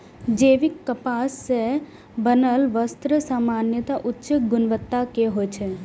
जैविक कपास सं बनल वस्त्र सामान्यतः उच्च गुणवत्ता के होइ छै